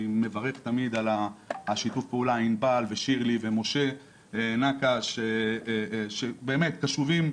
מברך תמיד על שיתוף הפעולה עם ענבל ושירלי ומשה נקש שבאמת קשובים,